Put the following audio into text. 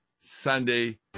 Sunday